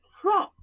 Trump